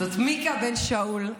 זאת מיקה בן שאול,